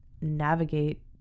navigate